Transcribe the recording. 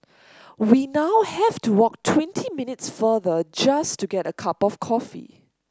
we now have to walk twenty minutes farther just to get a cup of coffee